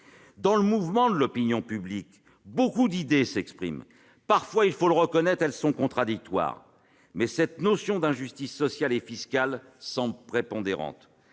Dans le mouvement de l'opinion publique, beaucoup d'idées s'expriment ; parfois, il faut le reconnaître, elles sont contradictoires entre elles, mais cette notion d'injustice sociale et fiscale semble prépondérante.